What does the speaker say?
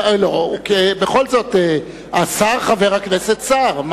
לא, השר חבר הכנסת סער.